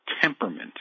temperament